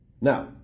Now